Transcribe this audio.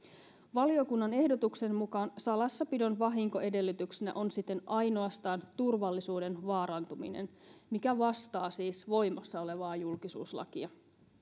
valiokunnan ehdotuksen mukaan salassapidon vahinkoedellytyksenä on siten ainoastaan turvallisuuden vaarantuminen mikä vastaa siis voimassa olevaa julkisuuslakia